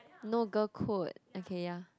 no girl code okay ya